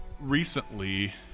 recently